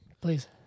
Please